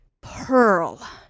Pearl